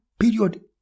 period